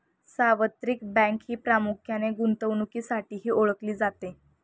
सार्वत्रिक बँक ही प्रामुख्याने गुंतवणुकीसाठीही ओळखली जाते